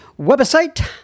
website